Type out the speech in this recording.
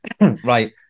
Right